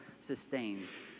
sustains